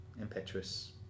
impetuous